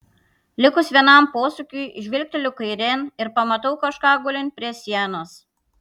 likus vienam posūkiui žvilgteliu kairėn ir pamatau kažką gulint prie sienos